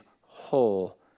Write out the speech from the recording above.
whole